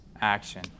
action